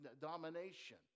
domination